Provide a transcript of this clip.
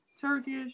Turkish